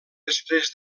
després